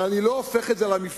אבל אני לא הופך את זה למבחן,